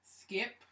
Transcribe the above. skip